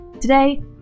Today